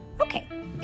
okay